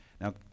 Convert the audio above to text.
Now